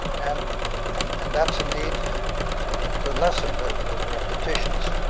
and and and that's indeed the lesson, the the repetitions.